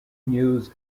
news